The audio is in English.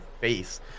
face